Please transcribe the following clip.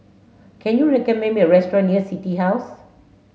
can you recommend me a restaurant near City House